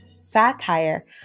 satire